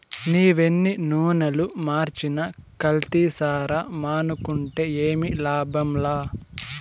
నీవెన్ని నూనలు మార్చినా కల్తీసారా మానుకుంటే ఏమి లాభంలా